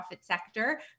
sector